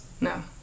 No